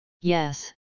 Yes